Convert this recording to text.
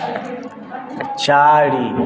चारि